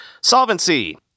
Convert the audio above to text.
solvency